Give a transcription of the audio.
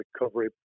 recovery